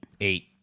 eight